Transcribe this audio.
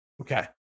Okay